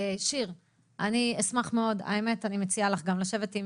שיר, אני אשמח מאוד, האמת אני מציעה לך גם לשבת עם